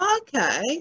Okay